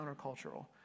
countercultural